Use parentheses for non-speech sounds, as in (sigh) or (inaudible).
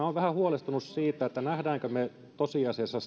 (unintelligible) olen vähän huolestunut siitä näemmekö me tosiasiassa (unintelligible)